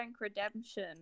Redemption